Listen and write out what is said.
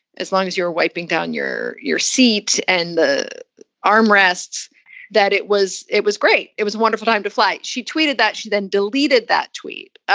as long as you're wiping down your your seat and the armrests that it was it was great. it was wonderful time to fly. she tweeted that she then deleted that tweet,